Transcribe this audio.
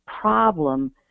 problem